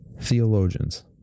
theologians